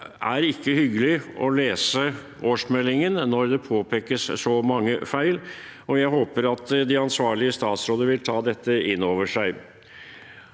Det er ikke hyggelig å lese årsmeldingen når det påpekes så mange feil, og jeg håper de ansvarlige statsråder vil ta dette inn over seg.